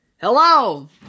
hello